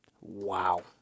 Wow